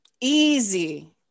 Easy